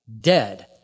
Dead